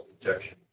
injection